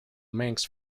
manx